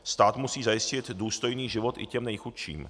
Stát musí zajistit důstojný život i těm nejchudším.